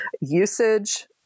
usage